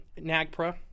NAGPRA